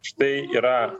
štai yra